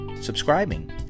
subscribing